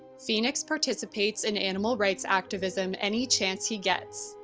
phoenix participates in animal rights activism any chance he gets.